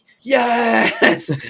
yes